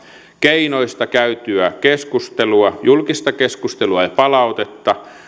keinoista käytyä keskustelua julkista keskustelua ja palautetta